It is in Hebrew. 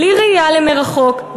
בלי ראייה למרחוק,